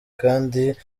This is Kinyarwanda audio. kandi